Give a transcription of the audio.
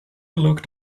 looked